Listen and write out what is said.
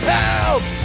Help